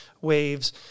waves